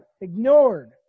ignored